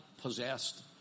possessed